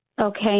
Okay